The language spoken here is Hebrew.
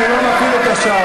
אני לא מפעיל את השעון.